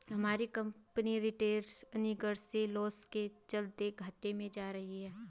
हमारी company retained earnings में loss के चलते घाटे में जा रही है